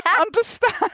understand